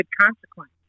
consequence